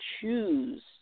choose